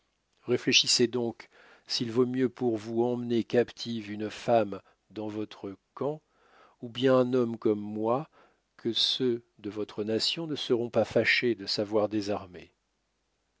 réfléchissez donc s'il vaut mieux pour vous emmener captive une femme dans votre camp ou bien un homme comme moi que ceux de votre nation ne seront pas fâchés de savoir désarmé